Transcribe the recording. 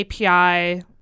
API